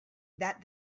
that